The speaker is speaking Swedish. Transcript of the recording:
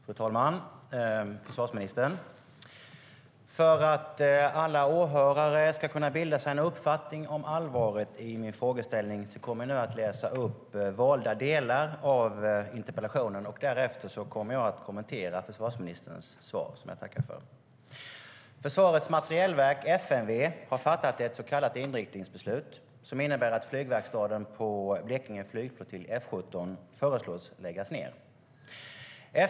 Fru talman! Försvarsministern! För att alla åhörare ska kunna bilda sig en uppfattning om allvaret i min frågeställning kommer jag nu att läsa upp valda delar av interpellationen. Därefter kommer jag att kommentera försvarsministerns svar, som jag tackar för. Försvarets materielverk, FMV, har fattat ett så kallat inriktningsbeslut som innebär att flygverkstaden på Blekinge flygflottilj F 17 föreslås läggas ned.